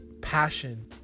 passion